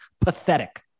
pathetic